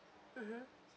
mmhmm